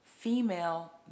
female